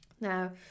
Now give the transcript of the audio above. Now